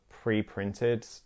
pre-printed